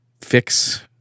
fix